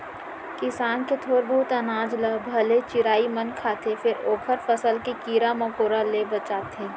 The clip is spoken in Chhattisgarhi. किसान के थोर बहुत अनाज ल भले चिरई मन खाथे फेर ओखर फसल के कीरा मकोरा ले बचाथे